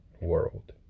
world